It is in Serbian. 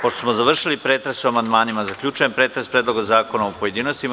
Pošto smo završili pretres o amandmanima, zaključujem pretres Predloga zakona u pojedinostima.